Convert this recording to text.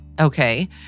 Okay